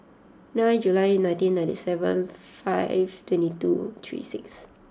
nine July nineteen ninety seven five twenty two three six